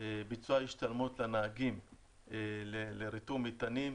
ביצוע השתלמות לנהגים לריתום מטענים,